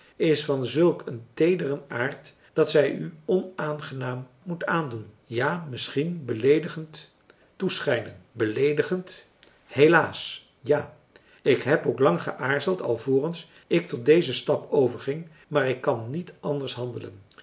is van zulk een teederen aard dat zij u onaangenaam moet aandoen ja misschien beleedigend toeschijnen beleedigend helaas ja ik heb ook lang geaarzeld alvorens ik marcellus emants een drietal novellen tot dezen stap overging maar ik kan niet anders handelen